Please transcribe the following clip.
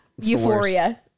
Euphoria